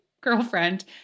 girlfriend